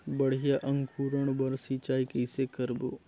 बढ़िया अंकुरण बर सिंचाई कइसे करबो?